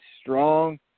strong